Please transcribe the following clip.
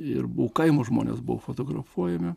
ir bu kaimo žmonės buvo fotografuojami